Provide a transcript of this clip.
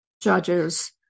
judges